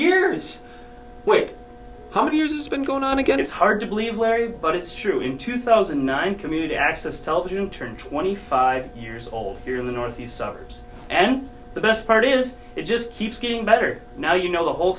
years how many years it's been going on again it's hard to believe larry but it's true in two thousand and nine community access television turned twenty five years old here in the northeast suburbs and the best part is it just keeps getting better now you know the whole